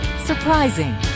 Surprising